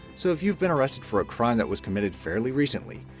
so if you've been arrested for a crime that was committed fairly recently,